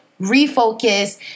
refocus